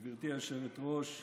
גברתי היושבת-ראש,